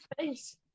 face